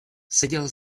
seděl